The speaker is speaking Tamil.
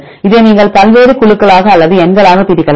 இதை நீங்கள் பல்வேறு குழுக்களாக அல்லது எண்களாக பிரிக்கலாம்